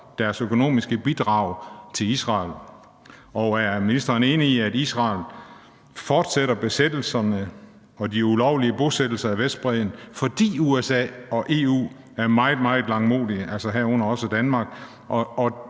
deres økonomiske bidrag til Israel? Og er ministeren enig i, at Israel fortsætter besættelserne og de ulovlige bosættelser på Vestbredden, fordi USA og EU er meget, meget langmodige, herunder også Danmark,